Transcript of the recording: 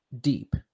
deep